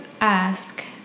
ask